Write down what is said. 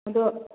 ꯑꯗꯣ